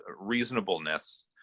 reasonableness